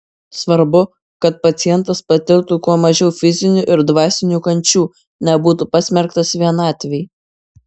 svarbu kad pacientas patirtų kuo mažiau fizinių ir dvasinių kančių nebūtų pasmerktas vienatvei